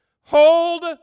Hold